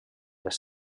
les